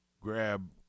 grab